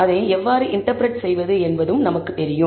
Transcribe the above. அதை எவ்வாறு இன்டர்பிரட் செய்வது என்பதும் நமக்கு தெரியும்